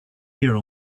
here